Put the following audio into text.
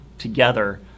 together